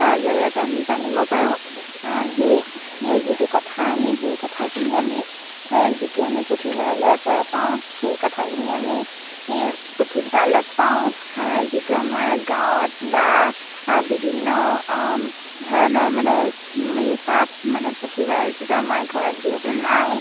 তাৰ জৰিয়তে আমি জানিব পাৰোঁ সেই যিটো কথা আমি সেই কথাখিনি আমি যিটো আমি পুথিভঁৰালৰ পৰা পাওঁ সেই কথাখিনি আমি পুথিভঁৰালত পাওঁ যিটো আমাৰ গাঁৱত বা বিভিন্ন ধৰণৰ মানে আমি তাত মানে পুথিভঁৰাল যিটো আমাৰ ঘৰত যিহেতু নাই